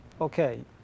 okay